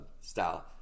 style